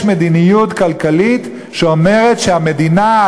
יש מדיניות כלכלית שאומרת שהמדינה,